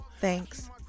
Thanks